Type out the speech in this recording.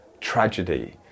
tragedy